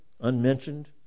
unmentioned